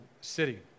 city